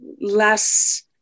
less